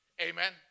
Amen